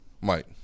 Mike